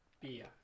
Beer